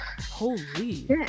Holy